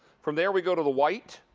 from there we go to the white.